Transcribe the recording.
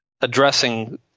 addressing